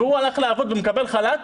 והוא הלך לעבוד ומקבל חל"ת,